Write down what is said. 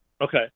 Okay